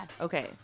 okay